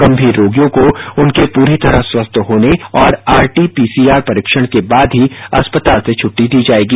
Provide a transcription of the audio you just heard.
गंभीर रोगियों को उनके पूरी तरह स्वस्थ होने और आरटी पीसीआर परीक्षण के बाद ही अस्पताल से छुट्टी दी जाएगी